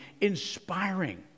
inspiring